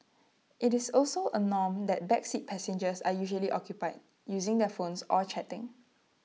IT is also A norm that back seat passengers are usually occupied using their phones or chatting